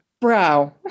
brow